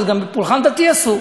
אז גם בפולחן דתי אסור.